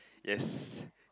yes